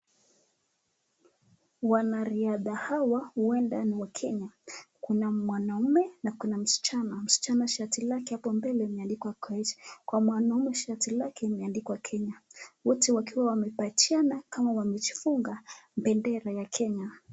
Wanariadha hawa huenda ni wa Kenya. Kuna mwanaume na kuna msichana. Msichana shati lake hapo mbele limeandikwa Kweich. Kwa mwanaume shati lake limeandikwa Kenya. Wote wakiwa wamepatiana kama wamejifunga bendera ya Kenya.